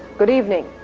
good evening.